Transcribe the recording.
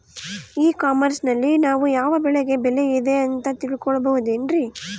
E commerce ನಲ್ಲಿ ನಾವು ಯಾವ ಬೆಳೆಗೆ ಬೆಲೆ ಇದೆ ಅಂತ ತಿಳ್ಕೋ ಬಹುದೇನ್ರಿ?